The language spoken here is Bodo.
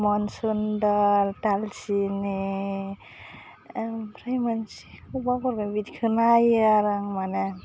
मनसुन दाल दालसिनि ओमफ्राय मोनसेखौ बावगारबाय बिखो नायो आरो आं माने